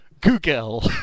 Google